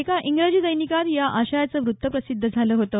एका इंग्रजी दैनिकात या आशयाचे वृत्त प्रसिद्ध झालं होतं